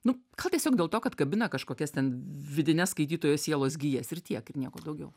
nu gal tiesiog dėl to kad kabina kažkokias ten vidines skaitytojo sielos gijas ir tiek ir nieko daugiau